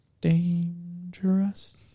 dangerous